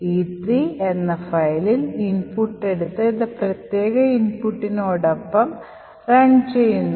E3 ൽ എന്ന ഫയലിൽ നിന്ന് ഇൻപുട്ട് എടുത്ത് ഇത് പ്രത്യേക ഇൻപുട്ടിനൊപ്പം റൺ ചെയ്യുന്നു